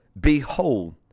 Behold